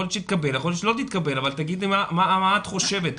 יכול להיות שתתקבל ויכול להיות שלא תתקבל אבל תגידי מה את חושבת,